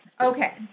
Okay